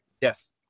Yes